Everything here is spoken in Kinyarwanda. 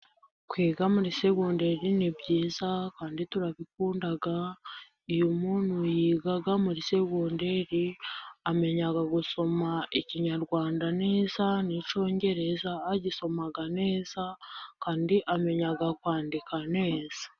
Kwiga muri segonderi ni byiza, kandi turabikunda uyu muntu yiga muri segonderi, amenya gusoma ikinyarwanda neza, n'icyongereza agisoma neza, kandi amenya kwandika neza.